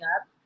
up